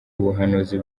ubuhanuzi